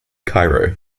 cairo